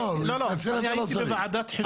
אני הייתי בוועדת חינוך.